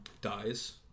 dies